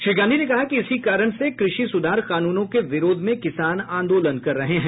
श्री गांधी ने कहा कि इसी कारण से कृषि सुधार कानूनों के विरोध में किसान आंदोलन कर रहे हैं